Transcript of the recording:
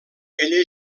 ella